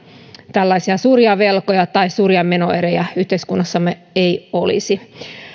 tällaisia suuria velkoja tai suuria menoeriä yhteiskunnassamme ei olisi